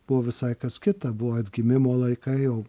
buvo visai kas kita buvo atgimimo laikai jau